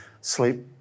sleep